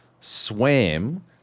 swam